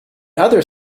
other